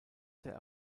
sehr